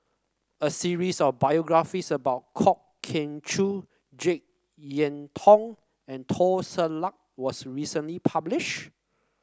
a series of biographies about Kwok Kian Chow JeK Yeun Thong and Teo Ser Luck was recently published